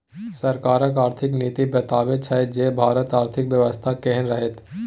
सरकारक आर्थिक नीति बताबैत छै जे भारतक आर्थिक बेबस्था केहन रहत